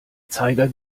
zeiger